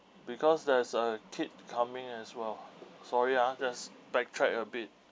because there's a kid coming as well sorry ah just backtrack a bit